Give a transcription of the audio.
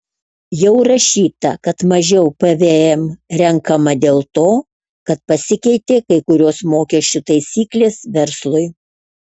jau rašyta kad mažiau pvm renkama dėl to kad pasikeitė kai kurios mokesčių taisyklės verslui